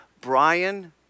Brian